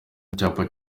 icyapa